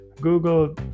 Google